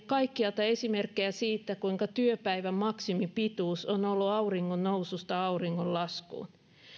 kaikkialta löytyy esimerkkejä siitä kuinka työpäivän maksimipituus on ollut auringon noususta auringon laskuun